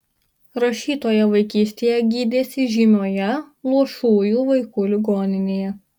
rašytoja vaikystėje gydėsi žymioje luošųjų vaikų ligoninėje